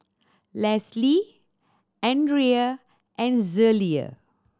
Leslee Andrae and Zelia